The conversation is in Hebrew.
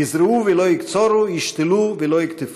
יזרעו ולא יקצרו, ישתלו ולא יקטפו.